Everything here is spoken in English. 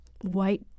white